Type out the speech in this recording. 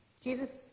Jesus